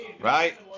Right